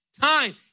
time